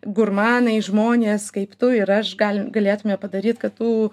gurmanai žmonės kaip tu ir aš gali galėtume padaryt kad tų